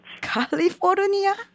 California